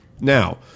Now